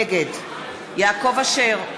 נגד יעקב אשר,